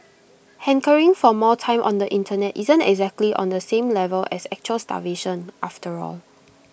hankering for more time on the Internet isn't exactly on the same level as actual starvation after all